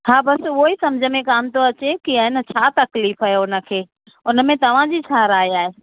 हा बसि उहो ई सम्झि में कोन्ह थो अचे की आहिनि छा तकलीफ़ आहे उन खे उन में तव्हांजी छा राइ आहे